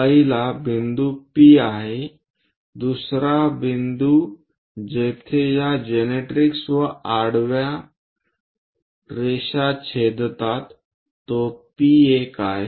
पहिला बिंदू P आहे दुसरा बिंदू जेथे या जनरॅट्रिक्स व आडव्या रेषा छेदतात तो P1 आहे